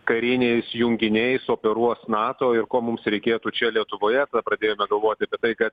kariniais junginiais operuos nato ir ko mums reikėtų čia lietuvoje apie pradėjome vadovų apie tai kad